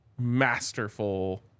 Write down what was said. masterful